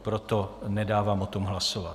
Proto nedávám o tom hlasovat.